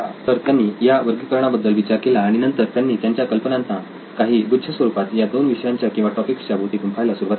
तर त्यांनी या वर्गीकरणा बद्दल विचार केला आणि नंतर त्यांनी त्यांच्या कल्पनांना काही गुच्छ स्वरूपात या दोन विषयांच्या किंवा टॉपिक्स च्या भोवती गुंफायला सुरुवात केली